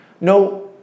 no